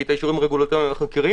כי את האישורים הרגולטוריים אנחנו מכירים.